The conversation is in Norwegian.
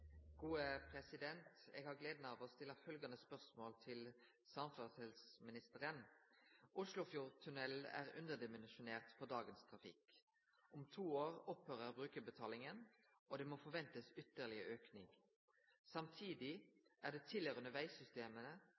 Eg har gleda av å stille følgjande spørsmål til samferdselsministeren: «Oslofjordtunnelen er underdimensjonert for dagens trafikk. Om to år opphører brukerbetalingen, og det må forventes ytterligere økning. Samtidig er det tilhørende